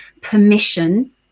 permission